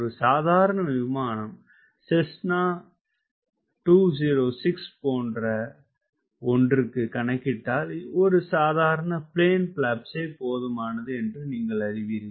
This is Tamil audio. ஒரு சாதாரண விமானம் செஸ்னா 206 போன்ற ஒன்றுக்கு கணக்கிட்டால் ஒரு சாதாரண பிளேன் பிளாப்ஸே போதுமானது என நீங்களே அறிவீர்கள்